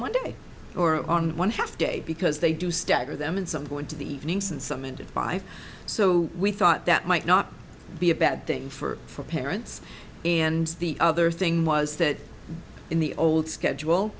one day or on one half day because they do stagger them and some go into the evenings and some into five so we thought that might not be a bad thing for parents and the other thing was that in the old schedule